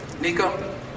Nico